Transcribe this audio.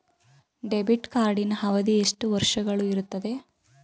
Debit ಕಾರ್ಡಿನ ಅವಧಿ ಎಷ್ಟು ವರ್ಷಗಳು ಇರುತ್ತದೆ?